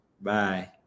Bye